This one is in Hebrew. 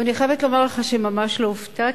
ואני חייבת לומר לך שממש לא הופתעתי,